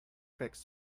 fix